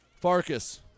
Farkas